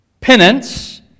Penance